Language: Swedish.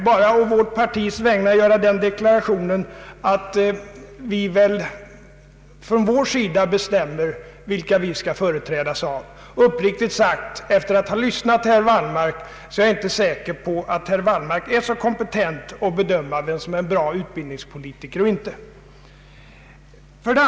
Jag vill endast å vårt partis vägnar göra den deklarationen att vi från vår sida bestämmer vilka vi skall företrädas av. Efter att ha lyssnat till herr Wallmark är jag uppriktigt sagt inte säker på att han är särskilt kompetent när det gäller att bedöma vem som är en bra utbildningspolitiker och vem som inte är det.